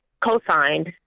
co-signed